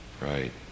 Right